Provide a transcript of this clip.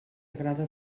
agrada